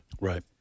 Right